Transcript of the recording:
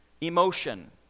emotion